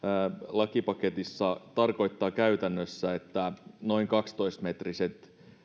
lakipaketissa tarkoittaa käytännössä että noin kaksitoista metristen